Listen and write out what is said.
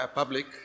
public